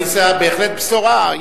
בהחלט בשורה.